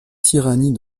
tyrannie